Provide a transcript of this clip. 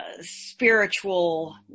spiritual